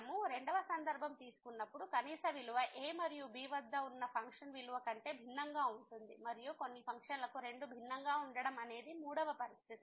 మనము రెండవ సందర్భం తీసుకున్నప్పుడు కనీస విలువ a మరియు b వద్ద ఉన్న ఫంక్షన్ విలువ కంటే భిన్నంగా ఉంటుంది మరియు కొన్ని ఫంక్షన్లకు రెండూ భిన్నంగా ఉండటం అనేది మూడవ పరిస్థితి